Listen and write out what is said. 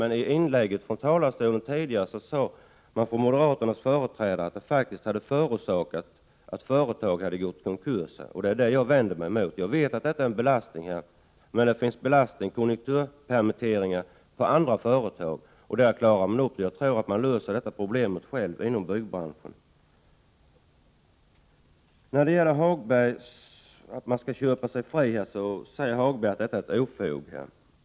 Men i inlägget från talarstolen tidigare sade moderaternas företrädare att dessa löner faktiskt hade förorsakat att företagare hade gått i konkurs. Det är detta jag vänder mig mot. Jag vet att de utgör en belastning, men konjunkturpermitteringar på andra företag klaras upp. Jag tror därför att man löser detta problem inom byggbranschen. Lars-Ove Hagberg säger att det är ett ofog att arbetsgivarna skall kunna köpa sig fria.